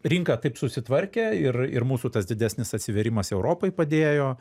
rinka taip susitvarkė ir ir mūsų tas didesnis atsivėrimas europai padėjo